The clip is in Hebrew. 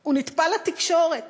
הוא נטפל לתקשורת,